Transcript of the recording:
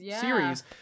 series